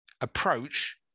Approach